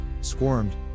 squirmed